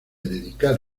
dedicar